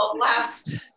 last